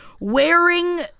wearing